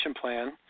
plan